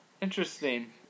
Interesting